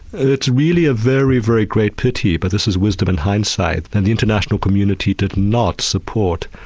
it's really a very, very great pity, but this is wisdom in hindsight, that the international community did not support,